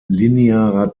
linearer